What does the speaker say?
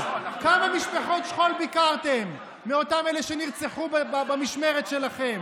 כמה משפחות שכול ביקרתם מאותם אלה שנרצחו במשמרת שלכם?